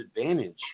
advantage